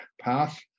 path